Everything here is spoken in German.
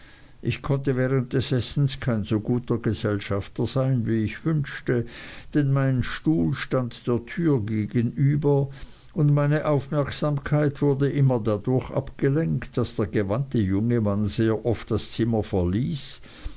ich konnte während des essens kein so guter gesellschafter sein wie ich wünschte denn mein stuhl stand der tür gegenüber und meine aufmerksamkeit wurde immer dadurch abgelenkt daß der gewandte junge mann sehr oft das zimmer verließ